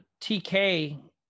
tk